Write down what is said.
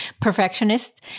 perfectionist